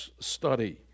study